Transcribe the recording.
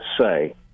say